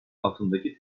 altındaki